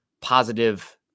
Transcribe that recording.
positive